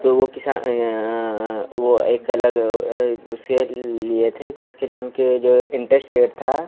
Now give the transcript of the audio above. तो वह किसान या वह एक अलग उसके लिए थे तो उसके लिए उनके जो इंट्रश्ट रेट था